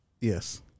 Yes